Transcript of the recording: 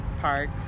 Park